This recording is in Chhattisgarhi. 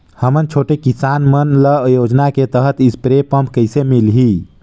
हमन छोटे किसान मन ल योजना के तहत स्प्रे पम्प कइसे मिलही?